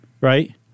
Right